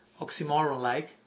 oxymoron-like